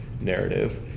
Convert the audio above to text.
narrative